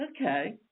Okay